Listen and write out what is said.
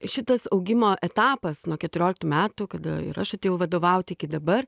šitas augimo etapas nuo keturioliktų metų kada ir aš atėjau vadovauti iki dabar